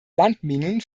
landminen